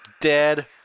Dead